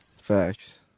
Facts